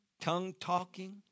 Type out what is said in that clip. tongue-talking